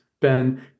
Ben